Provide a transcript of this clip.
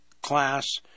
class